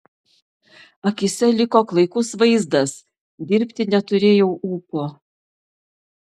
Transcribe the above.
akyse liko klaikus vaizdas dirbti neturėjau ūpo